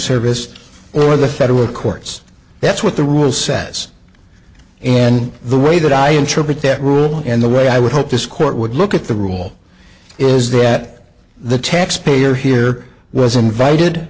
service or the federal courts that's what the rule says in the way that i interpret that rule and the way i would hope this court would look at the rule is that the taxpayer here was invited